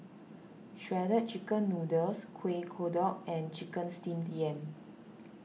Shredded Chicken Noodles Kuih Kodok and Chicken Steamed Yam